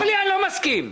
אורלי, אני לא מסכים.